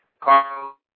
Carl